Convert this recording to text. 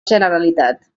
generalitat